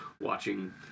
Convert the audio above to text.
watching